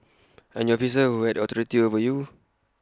and your officer will authority over you